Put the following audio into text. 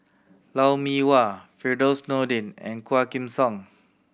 Lou Mee Wah Firdaus Nordin and Quah Kim Song